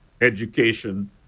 education